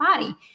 body